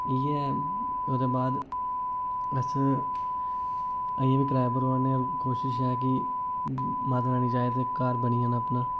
इ'यै ओह्दे बाद अस अजें बी कराए पर रोआ ने आं कोशश ऐ कि माता रानी ने चाहे ते घर बनी जाना अपना